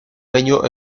bello